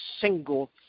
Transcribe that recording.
single